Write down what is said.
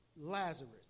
Lazarus